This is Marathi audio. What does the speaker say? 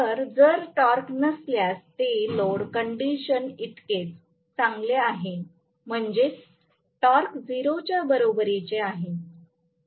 तर जर टॉर्क नसल्यास ते लोड कंडिशनइतकेच चांगले आहे म्हणजेच टॉर्क 0 च्या बरोबरीचे आहे